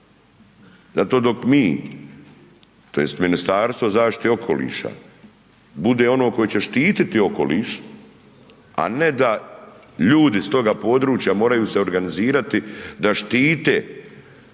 Zato dok mi tj. Ministarstvo zaštite i okoliša bude ono koje će štiti okoliš, a ne da ljudi s toga područja moraju se organizirati da štite okoliš